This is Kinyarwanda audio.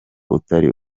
utakiri